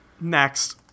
Next